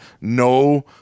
no